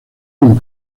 con